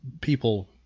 people